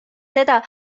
seda